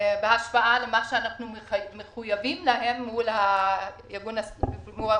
בהשוואה למה שאנחנו מחויבים לו מול ארגון הסחר העולמי,